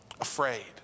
afraid